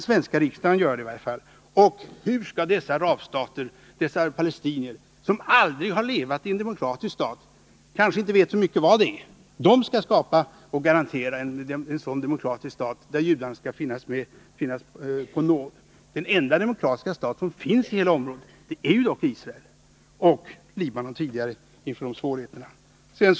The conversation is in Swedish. Svenska riksdagen kan i varje fall inte göra det. Hur skall dessa araber, dessa palestinier, som aldrig har levat i en demokratisk stat och kanske inte vet så mycket om vad det är, kunna skapa och garantera en sådan demokratisk stat där judarna skall finnas med på nåder? Den enda demokratiska stat som finns i hela området är dock Israel. Tidigare var också Libanon det.